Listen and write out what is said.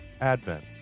Advent